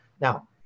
Now